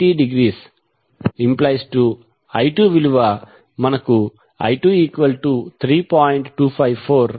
6° మరియు I1 1